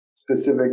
specific